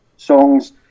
songs